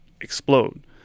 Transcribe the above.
explode